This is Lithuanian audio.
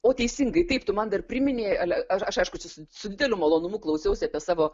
o teisingai taip tu man dar priminei aš aišku su dideliu malonumu klausiausi apie savo